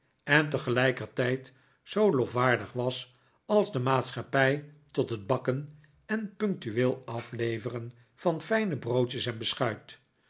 moest zijn als de algemeene londensche maatschappij tot het bakken en punctueel afleveren van fijne broodjes en